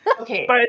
Okay